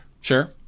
Sure